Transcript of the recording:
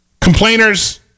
complainers